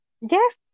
Yes